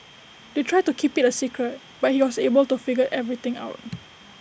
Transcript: they tried to keep IT A secret but he was able to figure everything out